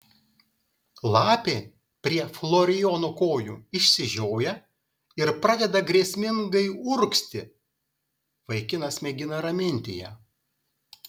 lapė prie florijono kojų išsižioja ir pradeda grėsmingai urgzti vaikinas mėgina raminti ją